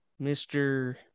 Mr